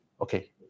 okay